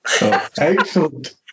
Excellent